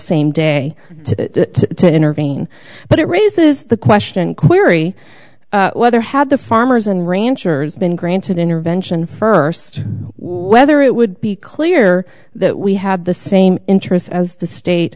same day to intervene but it raises the question query whether had the farmers and ranchers been granted intervention first whether it would be clear that we have the same interests as the state